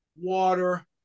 water